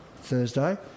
Thursday